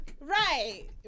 Right